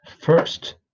first